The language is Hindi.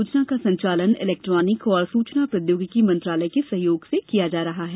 योजना का संचालन इलेक्ट्रॉनिक और सूचना प्रौद्योगिकी मंत्रालय के सहयोग से किया जा रहा है